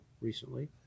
recently